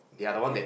okay